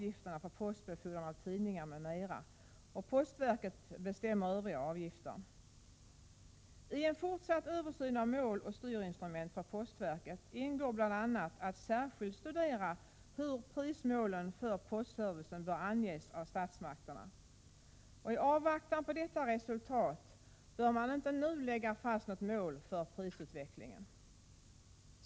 I en fortsatt översyn av mål och styrinstrument för postverket ingår bl.a. att särskilt studera hur prismålen för postservicen bör anges av statsmakterna. I avvaktan på detta resultat bör man inte nu lägga fast något mål för prisutvecklingen.